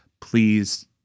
please